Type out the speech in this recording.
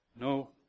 No